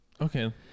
Okay